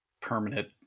permanent